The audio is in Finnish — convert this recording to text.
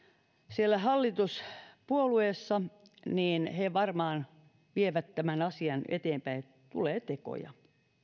siellä hallituspuolueissa niin he varmaan vievät tämän asian eteenpäin tulee tekoja